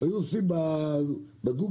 ומתרגמים אותן בגוגל.